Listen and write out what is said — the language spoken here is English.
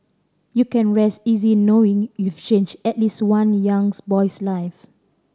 you can rest easy knowing you've changed at least one young's boy's life